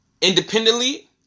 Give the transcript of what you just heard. independently